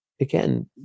again